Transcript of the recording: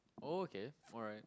okay alright